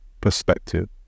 perspective